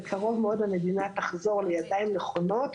בקרוב מאוד המדינה תחזור לידיים נכונות,